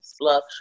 love